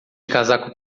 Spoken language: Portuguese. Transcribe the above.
casaco